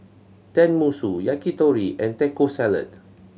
Tenmusu Yakitori and Taco Salad